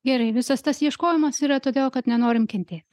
gerai visas tas ieškojimas yra todėl kad nenorim kentėt